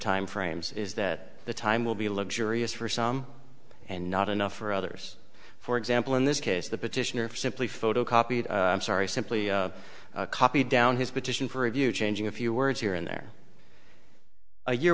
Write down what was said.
time frames is that the time will be a luxury is for some and not enough for others for example in this case the petitioner for simply photocopied i'm sorry simply copy down his petition for review changing a few words here and there a year